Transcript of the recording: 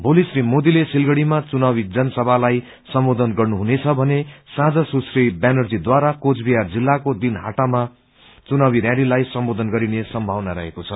भोली श्री मोदीले सिलगढ़ीमा चुनावी जनसभाई सम्बोधन गर्नुहुनेछ भने भोली साँझ सुश्री ब्यानर्जीद्वारा कुचबिहार जिल्लाको दिनहाटामा चुनावी रयालीलाई सम्बोधन गरिने सम्भावना रहेको छ